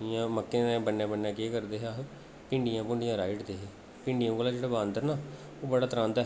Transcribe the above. जि'यां मक्कें दे बन्ने बन्ने केह् करदे हे अस भिंडियां भुडियां राई ओड़दे हे भिंडियें कोला जेह्ड़ा बांदर ऐ ना ओह् बड़ा त्रांह्दा ऐ